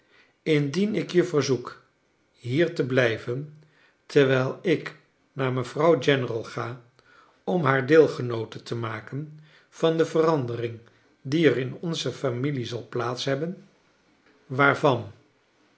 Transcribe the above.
indien ik je verzoek hier te blijven terwijl ik naar mevrouw general ga om haar deelgenoote te maken van de verandering die er in onze familie zal plaats hebben